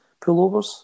pullovers